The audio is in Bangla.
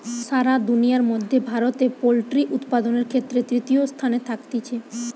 সারা দুনিয়ার মধ্যে ভারতে পোল্ট্রি উপাদানের ক্ষেত্রে তৃতীয় স্থানে থাকতিছে